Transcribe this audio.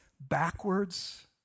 backwards